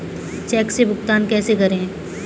Check से भुगतान कैसे करें?